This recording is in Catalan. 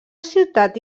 ciutat